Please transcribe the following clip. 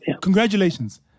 Congratulations